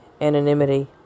anonymity